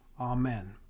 Amen